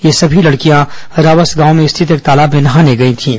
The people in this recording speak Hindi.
ये समी लड़कियां रावस गांव में स्थित एक तालाब में नहाने गई थीं